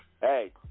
Hey